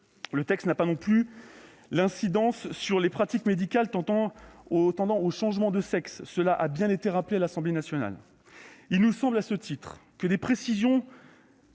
Ce texte n'a pas non plus d'incidence sur les pratiques médicales tendant au changement de sexe, comme cela a bien été rappelé à l'Assemblée nationale. Il nous semble à ce titre que des précisions